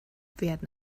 werden